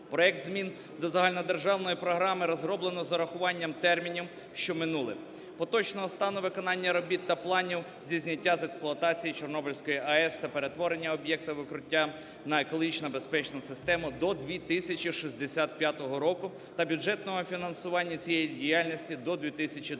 Проект змін до загальнодержавної програми розроблено з урахуванням термінів, що минули, поточного стану виконання робіт та планів зі зняття з експлуатації Чорнобильської АЕС та перетворення об'єкта "Укриття" на екологічно безпечну систему до 2065 року та бюджетного фінансування цієї діяльності до 2020 року.